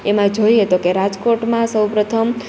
એમાં જોઈએ તો કે રાજકોટમાં સૌપ્રથમ